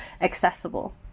accessible